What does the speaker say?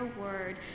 word